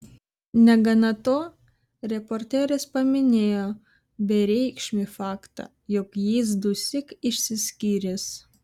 negana to reporteris paminėjo bereikšmį faktą jog jis dusyk išsiskyręs